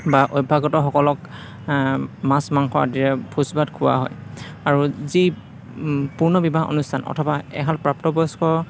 বা অভ্যাগতসকলক মাছ মাংস আদিৰে ভোজভাত খোৱা হয় আৰু যি পূৰ্ণ বিবাহ অনুষ্ঠান অথবা এহাল প্ৰাপ্তবয়স্ক